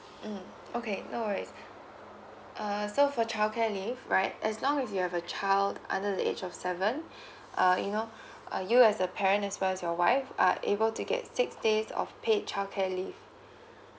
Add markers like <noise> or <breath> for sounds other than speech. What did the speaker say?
mm okay no worries err so for childcare leave right as long as you have a child under the age of seven <breath> uh you know uh you as a parent as well as your wife are able to get six days of paid childcare leave